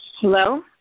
Hello